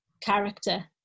character